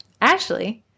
Ashley